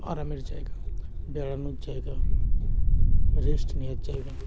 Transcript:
আরামের জায়গা বেড়ানোর জায়গা রেস্ট নেয়ার জায়গা